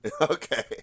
Okay